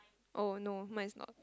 oh no mine is not